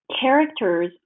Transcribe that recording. characters